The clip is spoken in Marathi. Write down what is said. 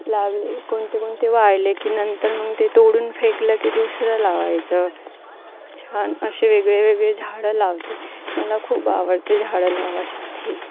लावले कोणते कोणते वाळले की नंतर मग ते तोडून फेकलं की दुसरं लावायचं छान अशे वेगळे वेगळे झाडं लावते मला खूप आवडते झाडं लावासाठी